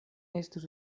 estus